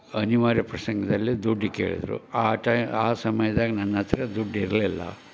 ಅನಿವಾರ್ಯ ಪ್ರಸಂಗದಲ್ಲಿ ದುಡ್ಡು ಕೇಳಿದರು ಆ ಟೈ ಆ ಸಮಯ್ದಾಗೆ ನನ್ನ ಹತ್ತಿರ ದುಡ್ಡು ಇರಲಿಲ್ಲ